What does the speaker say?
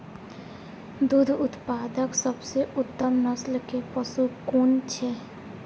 दुग्ध उत्पादक सबसे उत्तम नस्ल के पशु कुन छै?